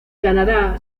canadá